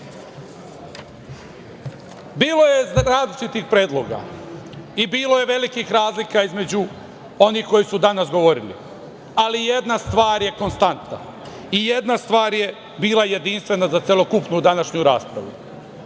BiH.Bilo je različitih predloga i bilo je velikih razlika između onih koji su danas govorili, ali jedna stvar je konstantna i jedna stvar je bila jedinstvena za celokupnu današnju raspravu.